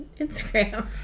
Instagram